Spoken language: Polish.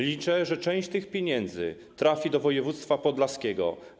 Liczę, że część tych pieniędzy trafi do województwa podlaskiego.